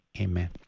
amen